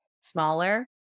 smaller